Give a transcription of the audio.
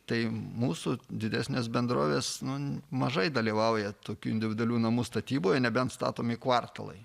tai mūsų didesnės bendrovės nu mažai dalyvauja tokių individualių namų statyboje nebent statomi kvartalai